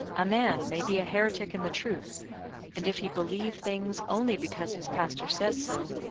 a man may be a heretic in the truth and if he believe things only because his pastor says so,